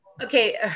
Okay